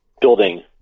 building